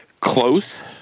close